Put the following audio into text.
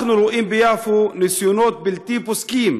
אנחנו רואים ביפו ניסיונות בלתי פוסקים